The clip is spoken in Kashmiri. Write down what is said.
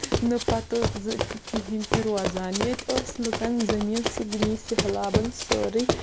نہٕ پَتہٕ کِہیںۍ تہِ روزان ییٚتہِ ٲسۍ لُکن زٔمیٖن سۄ نی سہلابَن سٲرٕے